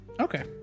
okay